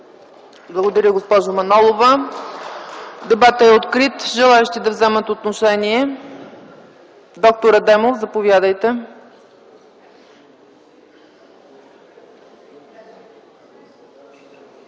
Благодаря, госпожо Манолова. Дебатът е открит. Желаещи да вземат отношение? Доктор Адемов, заповядайте.